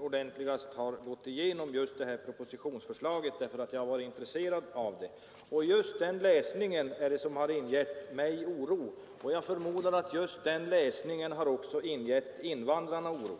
ordentligt har gått igenom just det här propositionsförslaget därför att jag har varit intresserad av det. Och just den läsningen är det som har ingett mig oro, och jag vet att just den läsningen har ingett också invandrarna oro.